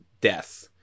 death